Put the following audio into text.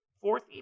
Fourth